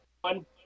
one